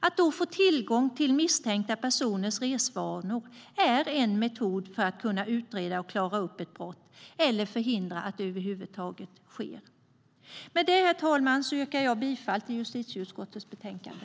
Att då få tillgång till misstänkta personers resvanor är en metod för att kunna utreda och klara upp ett brott eller förhindra att det över huvud taget sker. Herr talman! Jag yrkar bifall till förslaget i justitieutskottets betänkande.